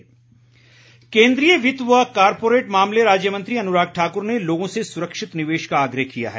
अनुराग ठाकुर केन्द्रीय वित्त व कॉरपोरेट मामले राज्य मंत्री अनुराग ठाकुर ने लोगों से सुरक्षित निवेश का आग्रह किया है